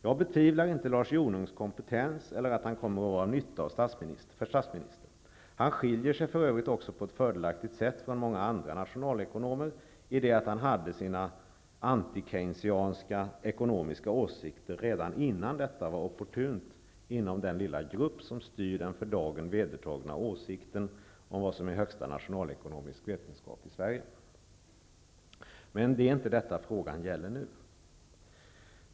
Jag betvivlar inte Lars Jonungs kompetens eller att han kommer att vara till nytta för statsministern. Han skiljer sig för övrigt på ett fördelaktigt sätt från många andra nationalekonomer i det att han hade sina antikeynesianska åsikter redan innan detta var opportunt inom den lilla grupp som står för den för dagen vedertagna åsikten om vad som är högsta nationalekonomisk vetenskap i Sverige. Men det är inte detta frågan gäller nu.